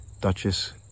Duchess